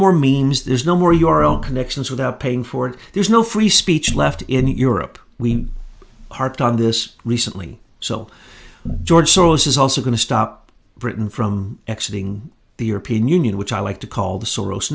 more means there's no more your own connections without paying for it there's no free speech left in europe we harped on this recently so george soros is also going to stop britain from exit ing the european union which i like to call the s